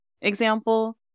example